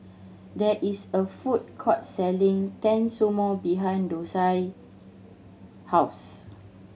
there is a food court selling Tensumu behind Dosia house